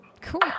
Cool